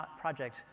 project